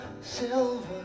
silver